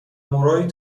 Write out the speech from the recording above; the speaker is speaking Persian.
موروی